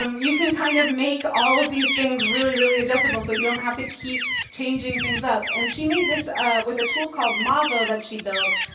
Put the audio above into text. um you can kind of make all of these things really, really adjustable. so you don't have to keep changing things up. and she made this with a tool called mavo that she built.